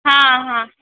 हाँ हाँ